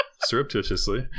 surreptitiously